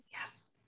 yes